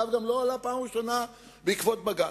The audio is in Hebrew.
והוא גם לא עלה בפעם הראשונה בעקבות בג"ץ.